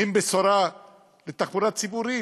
אין בשורה לתחבורה ציבורית,